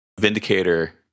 Vindicator